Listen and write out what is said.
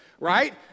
right